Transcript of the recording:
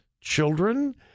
children